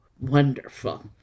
wonderful